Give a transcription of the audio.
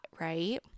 right